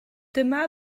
dyma